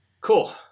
Cool